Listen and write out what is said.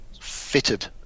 fitted